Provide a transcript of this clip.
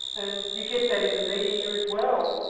and you get that in the media as well.